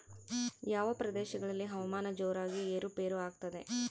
ಯಾವ ಪ್ರದೇಶಗಳಲ್ಲಿ ಹವಾಮಾನ ಜೋರಾಗಿ ಏರು ಪೇರು ಆಗ್ತದೆ?